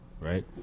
Right